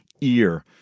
ear